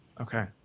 Okay